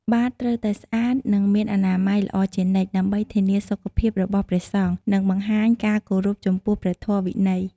បាតត្រូវតែស្អាត និងមានអនាម័យល្អជានិច្ច ដើម្បីធានាសុខភាពរបស់ព្រះសង្ឃ និងបង្ហាញការគោរពចំពោះព្រះធម៌វិន័យ។